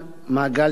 מעגל תנועה,